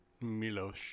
Milos